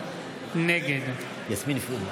נגד יסמין פרידמן,